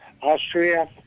Austria